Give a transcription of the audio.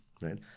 right